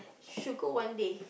should go one day